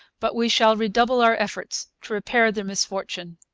but we shall redouble our efforts to repair the misfortune.